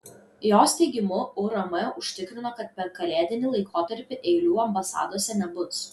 jos teigimu urm užtikrino kad per kalėdinį laikotarpį eilių ambasadose nebus